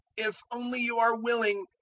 if only you are willing,